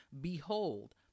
Behold